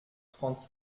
trente